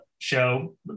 show